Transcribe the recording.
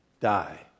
die